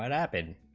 um happened